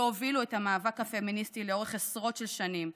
שהובילו את המאבק הפמיניסטי לאורך עשרות שנים,